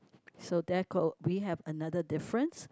so their call we have another difference